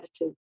attitude